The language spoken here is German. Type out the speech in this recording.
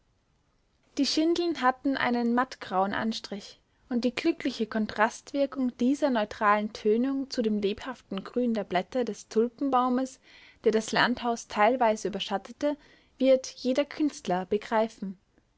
die schindeln hatten einen mattgrauen anstrich und die glückliche kontrastwirkung dieser neutralen tönung zu dem lebhaften grün der blätter des tulpenbaumes der das landhaus teilweise überschattete wird jeder künstler begreifen